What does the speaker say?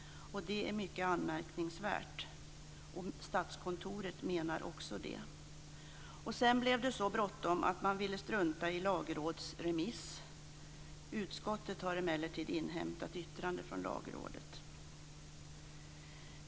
Det är mycket anmärkningsvärt. Det menar också Statskontoret. Sedan blev det så bråttom att man ville strunta i lagrådsremiss. Utskottet har emellertid inhämtat yttrande från Lagrådet.